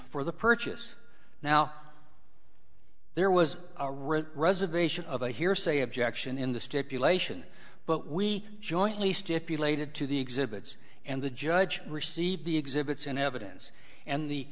for the purchase now there was a ridge reservation of a hearsay objection in the stipulation but we jointly stipulated to the exhibits and the judge received the exhibits in evidence and the